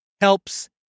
helps